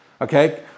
okay